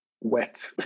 Wet